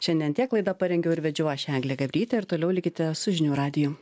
šiandien tiek laidą parengiau ir vedžiau aš eglė gabrytė ir toliau likite su žinių radiju